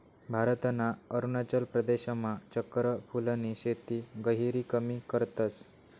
भारतना अरुणाचल प्रदेशमा चक्र फूलनी शेती गहिरी कमी करतस